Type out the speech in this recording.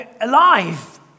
alive